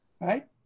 Right